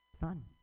Fun